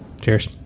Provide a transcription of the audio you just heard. Cheers